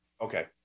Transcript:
Okay